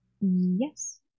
Yes